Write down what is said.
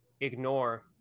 ignore